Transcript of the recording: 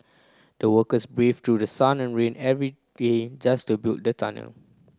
the workers brave through sun and rain every day just to build the tunnel